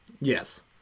Yes